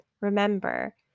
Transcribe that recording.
Remember